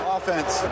Offense